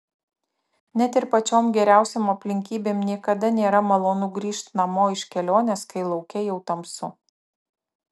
net ir pačiom geriausiom aplinkybėm niekada nėra malonu grįžt namo iš kelionės kai lauke jau tamsu